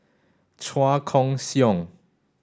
Chua Koon Siong